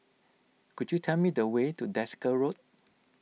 could you tell me the way to Desker Road